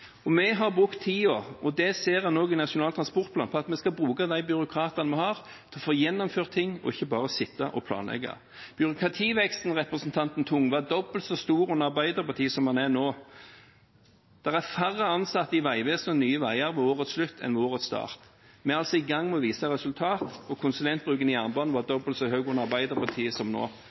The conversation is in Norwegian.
opposisjonsparti. Vi har brukt tiden – og det ser en også i Nasjonal transportplan – på at vi skal bruke de byråkratene vi har til å få gjennomført ting og ikke bare sitte og planlegge. Til representanten Tung: Byråkrativeksten var dobbelt så stor under Arbeiderpartiet som den er nå. Det er færre ansatte i Vegvesenet og Nye Veier ved årets slutt enn ved årets start. Vi er altså i gang med å vise resultater. Konsulentbruken i jernbanen var dobbelt så høy under Arbeiderpartiet som nå.